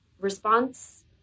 response